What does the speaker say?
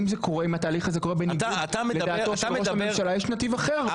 אם זה קורה אם התהליך הזה קורה בניגוד לדעתו של ראש הממשלה יש נתיב אחר.